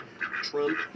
Trump